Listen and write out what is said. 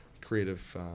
creative